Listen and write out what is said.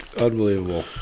Unbelievable